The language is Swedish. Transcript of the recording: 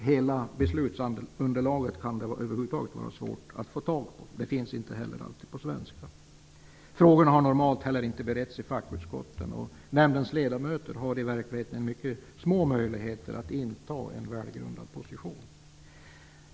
Hela beslutsunderlaget kan det vara svårt att över huvud få tag på. Inte heller finns det alltid på svenska. Frågorna har normalt inte beretts i fackutskotten. Nämndens ledamöter har i verkligheten mycket små möjligheter att inta en välgrundad position.